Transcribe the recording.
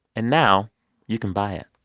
and now you can buy it.